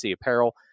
Apparel